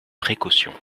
précautions